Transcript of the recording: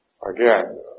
Again